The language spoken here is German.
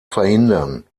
verhindern